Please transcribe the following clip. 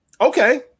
Okay